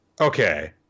Okay